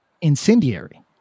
incendiary